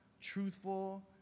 truthful